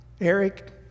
Eric